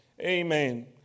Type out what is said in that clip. Amen